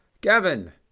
Gavin